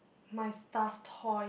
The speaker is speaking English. my stuff toy